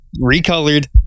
recolored